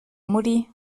muri